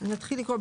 אתחיל לקרוא.